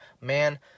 man